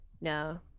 No